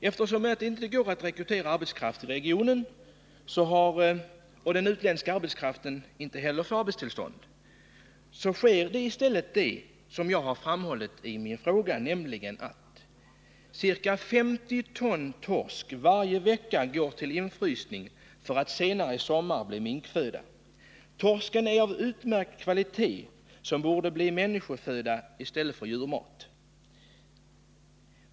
Eftersom det inte går att rekrytera arbetskraft i regionen och utländsk arbetskraft inte får arbetstillstånd sker i stället det som jag har framhållit i min fråga, nämligen att ca 50 ton torsk varje vecka går till infrysning för att senare i sommar bli minkföda. Torsken är äv utmärkt kvalitet och borde bli människoföda i stället för djurmat.